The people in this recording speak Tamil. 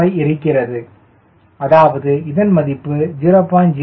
15 இருக்கிறது அதாவது இதன் மதிப்பு 0